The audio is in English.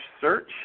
search